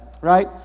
right